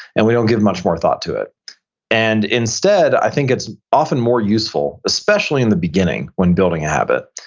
and we don't give much more thought to it and instead, i think it's often more useful, especially in the beginning when building a habit,